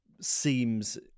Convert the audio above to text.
seems